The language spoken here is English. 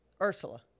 Ursula